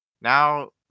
now